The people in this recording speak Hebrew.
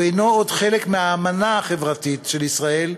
הוא אינו עוד חלק מהאמנה החברתית של ישראל,